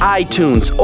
iTunes